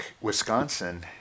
Wisconsin